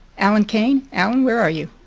alan kane? alan, where are you?